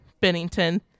Bennington